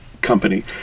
company